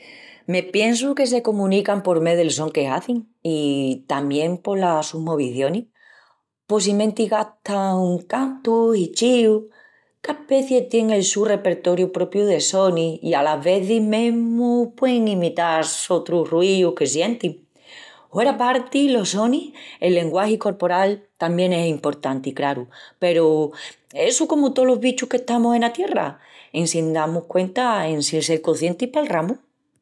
Me piensu que se comunican por mé del son que hazin i tamién polas sus movicionis. Possimenti gastan cantus i chíus. Ca aspeci tien el su repertoriu propiu de sonis, i alas vezis, mesmu puein imitar sotrus ruius que sientin. Hueraparti los sonis, el lenguagi corporal tamién es emportanti, craru, peru essu comu tolos bichus qu'estamus ena tierra. En sin dal-mus cuenta, en sin sel coscientis, palramus.